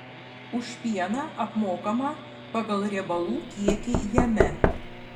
už pieną apmokama pagal riebalų kiekį jame